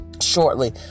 shortly